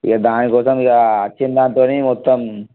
ఇగా దానికోసం ఇగా వచ్చిన దానితోనే మొత్తం